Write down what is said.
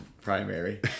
primary